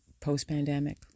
post-pandemic